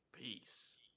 Peace